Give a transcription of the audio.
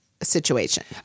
Situation